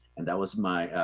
and that was my